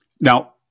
now